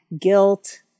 guilt